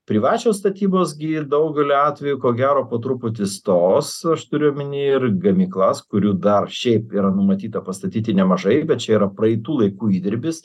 privačios statybos gi daugeliu atvejų ko gero po truputį stos aš turiu omeny ir gamyklas kurių dar šiaip yra numatyta pastatyti nemažai bet čia yra praeitų laikų įdirbis